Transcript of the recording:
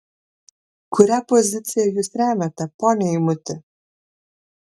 kurią poziciją jūs remiate pone eimuti